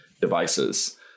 devices